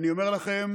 אני אומר לכם,